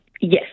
yes